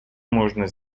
можно